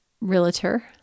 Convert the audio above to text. realtor